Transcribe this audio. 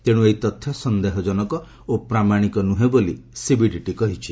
ତେଣୁ ଏହି ତଥ୍ୟ ସନ୍ଦେହଜନକ ଓ ପ୍ରାମାଣିକ ନୁହେଁ ବୋଲି ସିବିଡିଟି କହିଛି